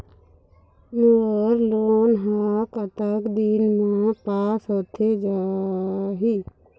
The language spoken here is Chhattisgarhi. मोर लोन हा कतक दिन मा पास होथे जाही?